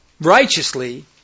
Righteously